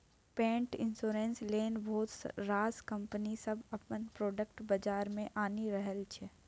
पेट इन्स्योरेन्स लेल बहुत रास कंपनी सब अपन प्रोडक्ट बजार मे आनि रहल छै